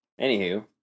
anywho